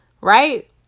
Right